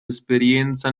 esperienza